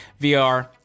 VR